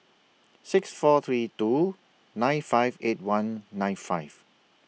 six four three two nine five eight one nine five